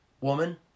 Woman